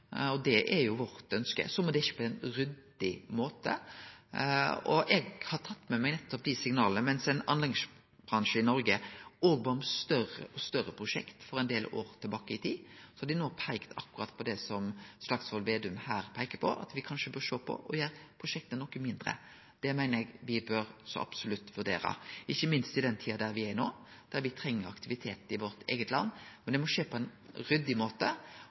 Det er jo vårt ønske. Det må skje på ein ryddig måte. Eg har tatt med meg dei signala at mens ein anleggsbransje i Noreg bad om større og større prosjekt for ein del år tilbake i tid, har dei no peikt på akkurat det som Slagsvold Vedum her peiker på, at me kanskje bør sjå på å gjere prosjekta noko mindre. Det meiner eg me så absolutt bør vurdere, ikkje minst i den tida me er i no, der me treng aktivitet i vårt eige land. Men det må skje på ein ryddig måte.